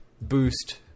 boost